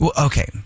Okay